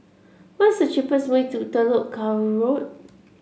what is the cheapest way to Telok Kurau Road